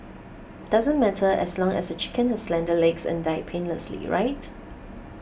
doesn't matter as long as the chicken has slender legs and died painlessly right